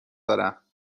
دارم